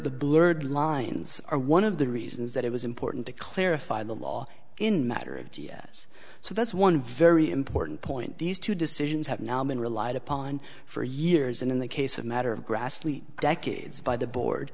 the blurred lines are one of the reasons that it was important to clarify the law in matter of d s so that's one very important point these two decisions have now been relied upon for years and in the case of a matter of grassley decades by the board